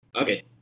okay